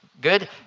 good